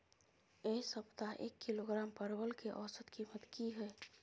ऐ सप्ताह एक किलोग्राम परवल के औसत कीमत कि हय?